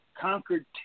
conquered